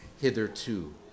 hitherto